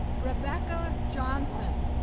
rebecca johnson.